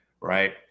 right